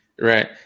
right